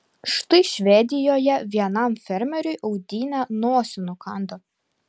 štai švedijoje vienam fermeriui audinė nosį nukando